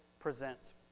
presents